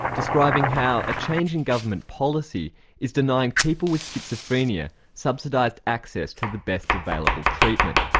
describing how a change in government policy is denying people with schizophrenia subsidised access to the best available treatment.